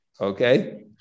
Okay